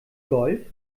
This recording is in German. golf